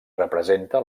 representa